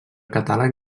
catàleg